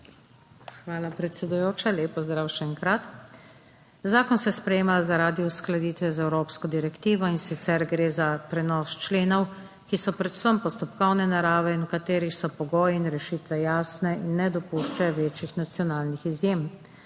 Hvala, predsedujoča. Lep pozdrav, še enkrat! Zakon se sprejema zaradi uskladitve z evropsko direktivo, in sicer gre za prenos členov, ki so predvsem postopkovne narave in v katerih so pogoji in rešitve jasne in ne dopuščajo večjih nacionalnih izjem.